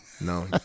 no